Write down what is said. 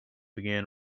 began